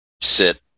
sit